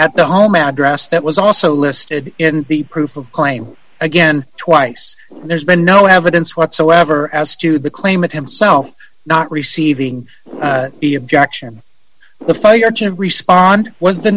at the home address that was also listed in the proof of claim again twice there's been no evidence whatsoever as to the claimant himself not receiving the objection the failure to respond was the